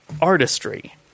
artistry